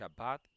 Shabbat